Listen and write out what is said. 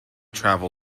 travel